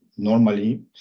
Normally